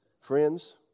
Friends